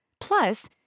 Plus